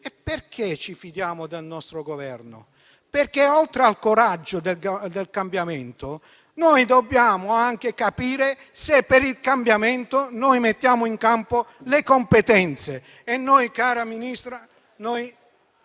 puntuali. Ci fidiamo del nostro Governo perché, oltre al coraggio del cambiamento, dobbiamo anche capire se per il cambiamento mettiamo in campo le competenze e noi, cara Ministra, abbiamo